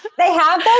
they have those?